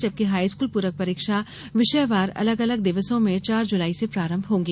जबकि हाईस्कल प्रक परीक्षा विषयवार अलग अलग दिवसों में चार जुलाई से प्रारंभ होंगी